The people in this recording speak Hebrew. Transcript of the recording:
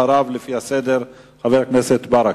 אחריו, חבר הכנסת ברכה.